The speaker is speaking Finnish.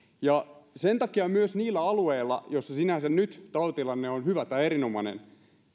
ja sen takia myös niillä alueilla joissa sinänsä nyt tautitilanne on hyvä tai erinomainen